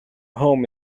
home